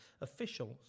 officials